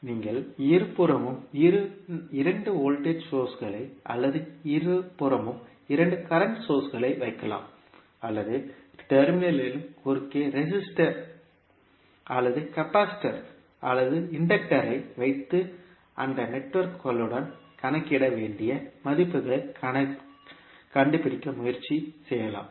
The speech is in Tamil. நீங்கள் இருபுறமும் இரண்டு வோல்ட்டேஜ் சோர்ஸ்களை அல்லது இருபுறமும் இரண்டு கரண்ட் சோர்ஸ்களை வைக்கலாம் அல்லது டெர்மினல் இன் குறுக்கே ரெஸிஸ்டர் அல்லது கெபாசிட்டர் அல்லது இன்டக்டர் ஐ வைத்து அந்த நெட்வொர்க்குடன் கணக்கிட வேண்டிய மதிப்புகளைக் கண்டுபிடிக்க முயற்சி செய்யலாம்